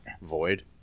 void